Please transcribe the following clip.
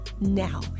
Now